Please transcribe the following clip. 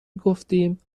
گفتیم